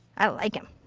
i like him.